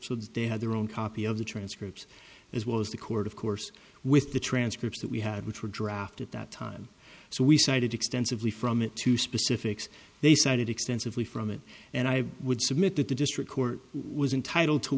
so they had their own copy of the transcript as well as the court of course with the transcripts that we had which were draft at that time so we cited extensively from it to specifics they cited extensively from it and i would submit that the district court was entitled to